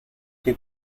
que